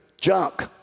junk